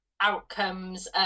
outcomes